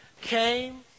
came